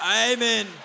Amen